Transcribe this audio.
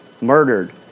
murdered